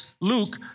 Luke